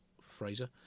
Fraser